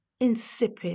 Insipid